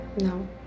No